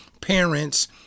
parents